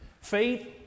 Faith